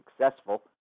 successful